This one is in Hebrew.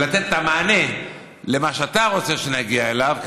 אבל כדי לתת תשובה סופית ולתת את המענה למה שאתה רוצה שנגיע אליו,